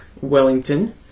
Wellington